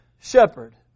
shepherd